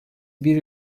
bir